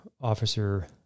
officer